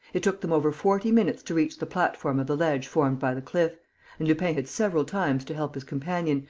it took them over forty minutes to reach the platform of the ledge formed by the cliff and lupin had several times to help his companion,